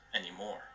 anymore